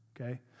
okay